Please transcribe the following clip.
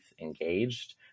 engaged